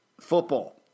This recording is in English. Football